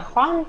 נכון.